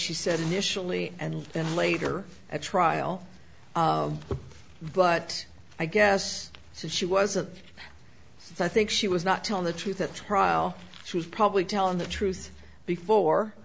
she said initially and then later at trial but i guess she wasn't so i think she was not telling the truth at trial she was probably telling the truth before